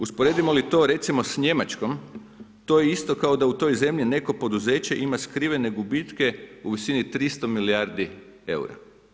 Usporedimo li to, recimo, s Njemačkom, to je isto kao da u toj zemlji neko poduzeće ima skrivene gubitke u visini 300 milijardi eura.